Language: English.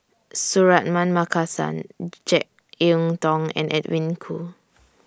Suratman Markasan Jek Yeun Thong and Edwin Koo